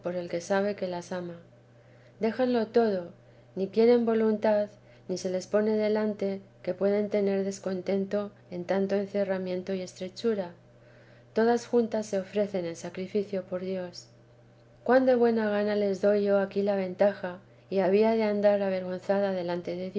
el que saben que las ama déjanlo todo ni quieren voluntad ni se les pone delante que pueden tener descontento en tanto encerramiento y estrechura todas juntas se ofrecen en sacrificio por dios cuan de buena gana les doy yo aquí la ventaja y había de andar avergonzada delante de dios